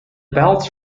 belts